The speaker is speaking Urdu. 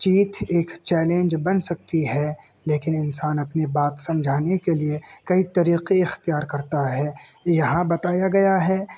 چیت ایک چیلنج بن سکتی ہے لیکن انسان اپنی بات سمجھانے کے لیے کئی طریقے اختیار کرتا ہے یہاں بتایا گیا ہے